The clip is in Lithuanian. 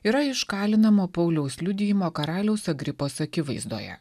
yra iš kalinamo pauliaus liudijimo karaliaus agripos akivaizdoje